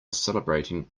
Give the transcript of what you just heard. celebrating